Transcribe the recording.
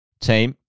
team